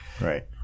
right